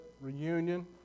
reunion